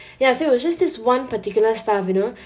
ya so it was just this one particular staff you know